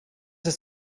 ist